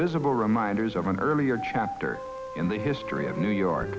visible reminders of an earlier chapter in the history of new york